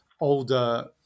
older